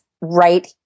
right